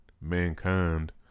mankind